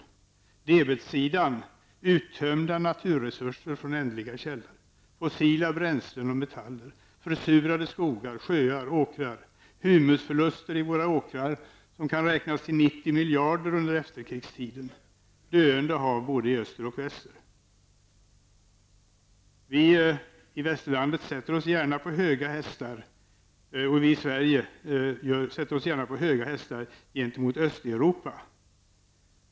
Till den räknas uttömda naturresurser från ändliga källor, fossila bränslen och metaller, försurade skogar, sjöar och åkrar, humusförluster i våra åkrar som kan beräknas till 90 miljarder under efterkrigstiden, döende hav i både öster och väster. Vi i Sverige sätter oss gärna på höga hästar gentemot Östeuropa.